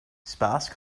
sparse